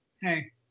hey